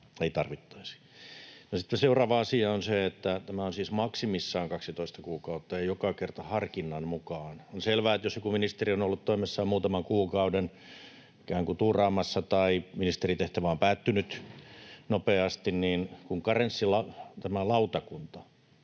ei tarvittaisi. No, sitten seuraava asia on se, että tämä on siis maksimissaan 12 kuukautta ja joka kerta harkinnan mukaan. On selvää, että jos joku ministeri on ollut toimessaan muutaman kuukauden ikään kuin tuuraamassa tai ministerin tehtävä on päättynyt nopeasti, niin karenssilautakunta,